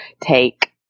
take